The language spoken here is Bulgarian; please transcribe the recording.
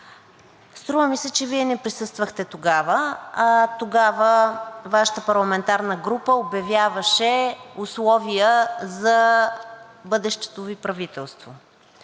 Струва ми се, че Вие не присъствахте тогава. Тогава Вашата парламентарна група обявяваше условия за бъдещото Ви правителство.